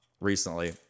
recently